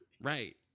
Right